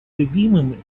любимым